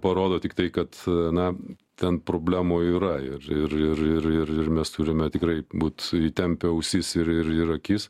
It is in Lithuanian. parodo tiktai kad na ten problemų yra ir ir ir ir ir mes turime tikrai būt įtempę ausis ir ir ir akis